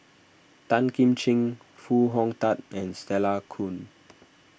Tan Kim Ching Foo Hong Tatt and Stella Kon